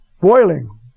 boiling